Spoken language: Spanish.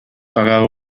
pagaba